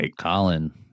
Colin